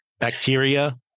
Bacteria